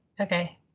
Okay